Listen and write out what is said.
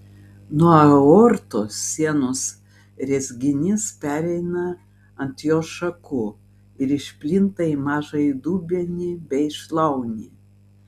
nuo aortos sienos rezginys pereina ant jos šakų ir išplinta į mažąjį dubenį bei šlaunį